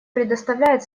представляет